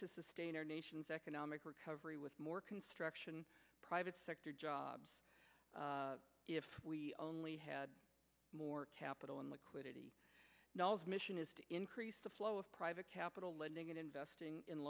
to sustain our nation's economic recovery with more construction private sector jobs if we only had more capital and liquidity mission is to increase the flow of private capital lending and investing in